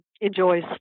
enjoys